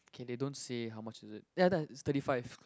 okay they don't say how much is it ya that is thirty five